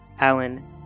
Alan